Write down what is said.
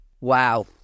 Wow